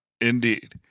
Indeed